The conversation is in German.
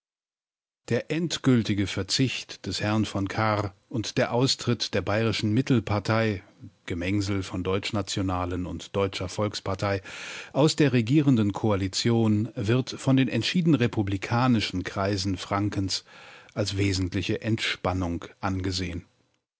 der endgültige verzicht des herrn v kahr und der austritt der bayerischen mittelpartei gemengsel von deutschnationalen und deutscher volkspartei aus der regierenden koalition wird von den entschieden republikanischen kreisen frankens als wesentliche entspannung angesehen